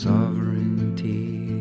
Sovereignty